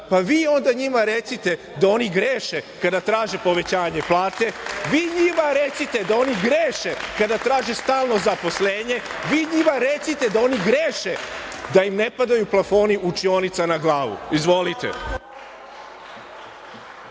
pa vi onda njima recite da oni greše kada traže povećanje plate, vi njima recite da oni greše kada traže stalno zaposlenje, vi njima recite da oni greše da im ne padaju plafoni učionica na glavu. Izvolite.